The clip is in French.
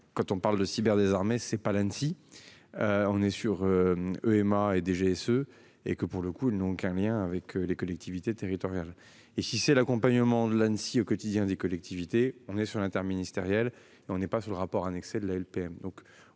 quand on parle de cyber désarmé. C'est pas d'Annecy. On est sur. EMA et DGSE et que pour le coup n'ont aucun lien avec les collectivités territoriales et si c'est l'accompagnement de l'Annecy au quotidien des collectivités. On est sur l'interministériel. On n'est pas sur le rapport annexé de la LPM,